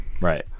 right